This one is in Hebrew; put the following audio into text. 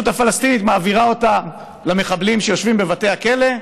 הפלסטינית מעבירה אותם למחבלים שיושבים בבתי הכלא.